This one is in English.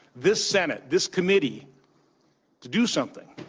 this senate, this committee to do something.